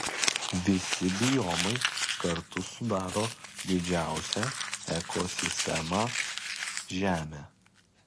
visi biomai kartu sudaro didžiausią ekosistemą žemę